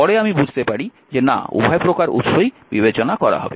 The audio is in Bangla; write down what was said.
পরে আমি বুঝতে পারি যে না উভয় প্রকার উৎসই বিবেচনা করা হবে